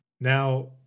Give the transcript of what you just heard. Now